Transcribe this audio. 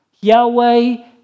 Yahweh